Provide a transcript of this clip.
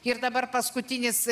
ir dabar paskutinis